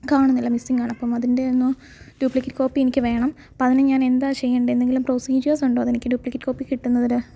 കാണുന്നില്ല മിസ്സിങ് ആണ് അപ്പം അതിൻ്റെയൊന്ന് ഡ്യൂപ്ലിക്കേറ്റ് കോപ്പി എനിക്ക് വേണം അപ്പം അതിനു ഞാൻ എന്താ ചെയ്യേണ്ടത് എന്തെങ്കിലും പ്രൊസിജേഴ്സ് ഉണ്ടോ അത് എനിക്ക് ഡ്യൂപ്ലിക്കേറ്റ് കോപ്പി കിട്ടുന്നതിന്